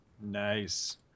Nice